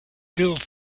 guild